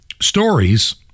stories